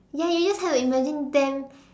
ya you just have to imagine them